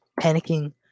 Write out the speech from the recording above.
panicking